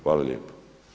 Hvala lijepo.